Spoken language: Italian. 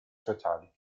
sociali